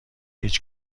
هیچ